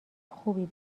خوبی